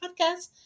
podcast